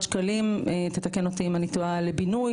שקלים תתקן אותי אם אני טועה לבינוי,